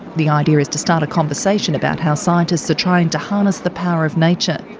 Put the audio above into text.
the idea is to start a conversation about how scientists are trying to harness the power of nature.